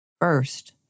First